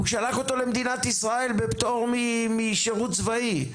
הוא שלח אותו למדינת ישראל בפטור משירות צבאי.